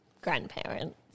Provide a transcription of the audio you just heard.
grandparents